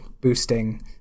boosting